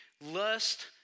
lust